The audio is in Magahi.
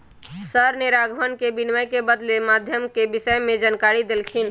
सर ने राघवन के विनिमय के बदलते माध्यम के विषय में जानकारी देल खिन